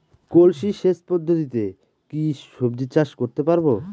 কলসি সেচ পদ্ধতিতে কি সবজি চাষ করতে পারব?